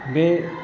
बे